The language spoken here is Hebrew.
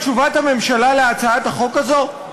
אתם שמעתם את תשובת הממשלה על הצעת החוק הזאת?